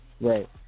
Right